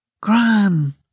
Gran